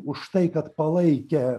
už tai kad palaikė